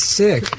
sick